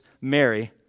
Mary